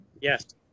Yes